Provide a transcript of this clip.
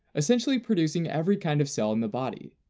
essentially producing every kind of cell in the body.